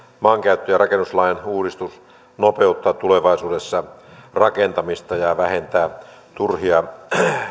maankäyttö ja rakennuslain uudistus nopeuttaa tulevaisuudessa rakentamista ja vähentää turhia